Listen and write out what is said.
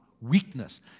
weakness